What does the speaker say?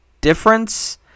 difference